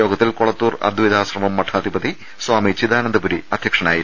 യോഗത്തിൽ കൊളത്തൂർ അദ്ദൈതാശ്രമം മഠാധിപതി സ്വാമി ചിദാനന്ദപുരി അധൃക്ഷനായിരുന്നു